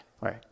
right